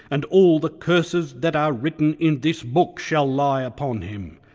and all the curses that are written in this book shall lie upon him,